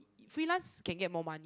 freelance can get more money